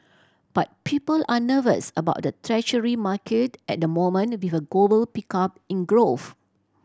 but people are nervous about the Treasury market at the moment with a global pickup in growth